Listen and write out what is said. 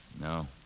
No